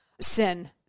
sin